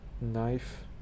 knife